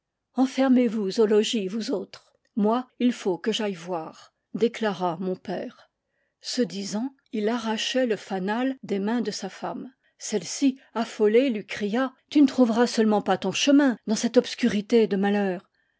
au logis vous autres moi il faut que j'aille voir déclara mon père ce disant il arrachait le fanal des mains de sa femme celle-ci affolée lui cria tu ne trouveras seulement pas ton chemin dans cette obscurité de malheur